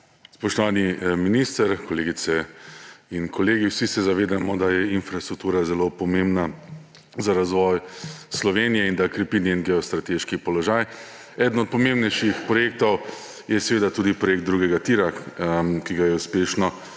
Spoštovani minister, kolegice in kolegi! Vsi se zavedamo, da je infrastruktura zelo pomembna za razvoj Slovenije in da krepi njen geostrateški položaj. Eden od pomembnejših projektov je seveda tudi projekt drugega tira, ki ga je uspešno